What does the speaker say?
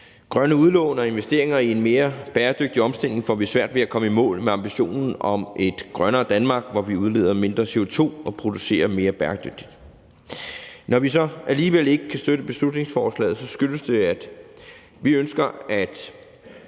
grønne udlån og investeringer i en mere bæredygtig omstilling får vi svært ved at komme i mål med ambitionen om et grønnere Danmark, hvor vi udleder mindre CO2 og producerer mere bæredygtigt. Når vi så alligevel ikke kan støtte beslutningsforslaget, skyldes det, at vi ønsker en